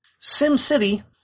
SimCity